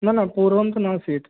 न न पूर्वं तु न आसीत्